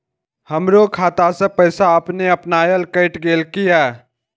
हमरो खाता से पैसा अपने अपनायल केट गेल किया?